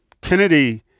Kennedy